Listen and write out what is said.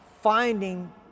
finding